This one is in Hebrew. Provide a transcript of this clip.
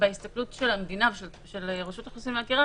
בהסתכלות של המדינה ושל רשות האוכלוסין וההגירה